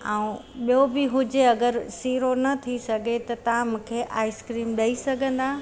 ऐं ॿियो बि हुजे अगरि सीरो न थी सघे त तव्हां मूंखे आइस्क्रीम ॾेई सघंदा